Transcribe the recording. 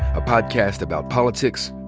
a podcast about politics,